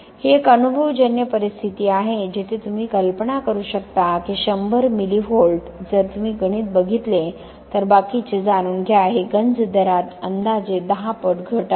ही एक अनुभवजन्य परिस्थिती आहे जिथे तुम्ही कल्पना करू शकता की 100 मिली व्होल्ट जर तुम्ही गणित बघितले तर बाकीचे जाणून घ्या हे गंज दरात अंदाजे दहा पट घट आहे